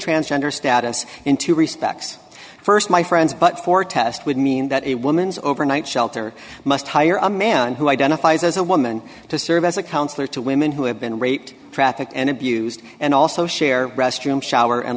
transgender status in two respects st my friends but for test would mean that a woman's overnight shelter must hire a man who identifies as a woman to serve as a counselor to women who have been raped trafficked and abused and also share restroom shower and